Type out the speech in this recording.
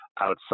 outside